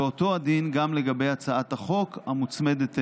ואותו הדין גם לגבי הצעת החוק המוצמדת אליה,